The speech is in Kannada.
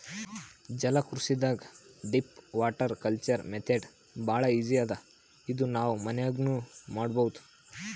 ಜಲಕೃಷಿದಾಗ್ ಡೀಪ್ ವಾಟರ್ ಕಲ್ಚರ್ ಮೆಥಡ್ ಭಾಳ್ ಈಜಿ ಅದಾ ಇದು ನಾವ್ ಮನ್ಯಾಗ್ನೂ ಮಾಡಬಹುದ್